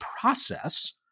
process